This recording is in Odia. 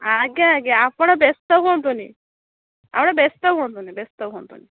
ଆଜ୍ଞା ଆଜ୍ଞା ଆପଣ ବ୍ୟସ୍ତ ହୁଅନ୍ତୁନି ଆପଣ ବ୍ୟସ୍ତ ହୁଅନ୍ତୁନି ବ୍ୟସ୍ତ ହୁଅନ୍ତୁନି